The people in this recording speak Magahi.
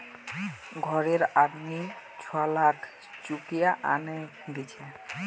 घररे आदमी छुवालाक चुकिया आनेय दीछे